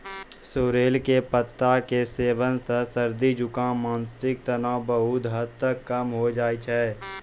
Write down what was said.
sorrel पत्ता के सेवन सॅ सर्दी, जुकाम, मानसिक तनाव बहुत हद तक कम होय छै